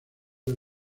del